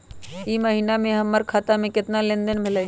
ई महीना में हमर खाता से केतना लेनदेन भेलइ?